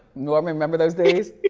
norman, remember those days?